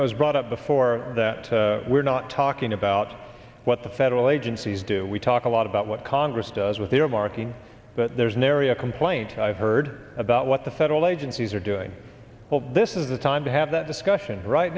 know i was brought up before that we're not talking about what the federal agencies do we talk a lot about what congress does with earmarking but there's nary a complaint i've heard about what the federal agencies are doing this is the time to have that discussion right